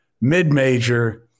mid-major